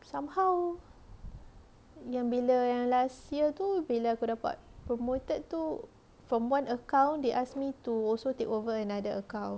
somehow yang bila yang last year tu bila aku dapat promoted tu from one account they ask me to also take over another account